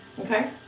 Okay